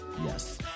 Yes